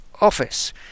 office